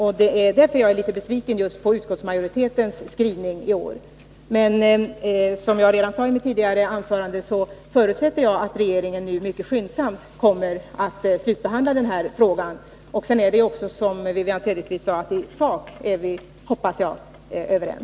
Det är därför jag är litet besviken på utskottsmajoritetens skrivning i år. Men som jag sade redan i mitt tidigare anförande förutsätter jag att regeringen nu mycket skyndsamt kommer att slutbehandla den här frågan. Sedan är det också riktigt, hoppas jag.